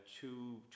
two